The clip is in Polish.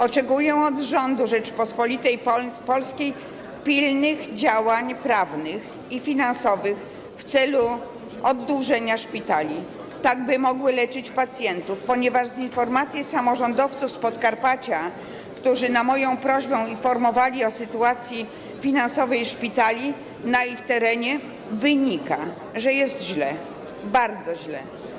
Oczekuję od rządu Rzeczypospolitej Polskiej pilnych działań prawnych i finansowych w celu oddłużenia szpitali, tak by mogły leczyć pacjentów, ponieważ z informacji samorządowców z Podkarpacia, którzy na moją prośbę informowali o sytuacji finansowej szpitali na ich terenie, wynika, że jest źle, bardzo źle.